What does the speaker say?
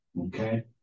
okay